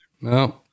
No